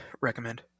recommend